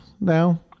now